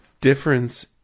difference